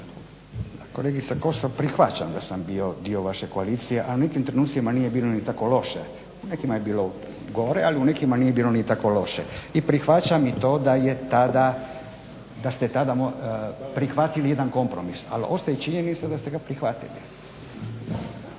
Kolegice Kosor prihvaćam da sam bio dio vaše koalicije, ali u nekim trenucima nije bilo ni tako loše, u nekima je bilo gore, ali u nekim nije bilo ni tako loše. I prihvaćam i to da ste tada prihvatili jedan kompromis, al ostaje činjenica da ste ga prihvatili.